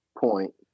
point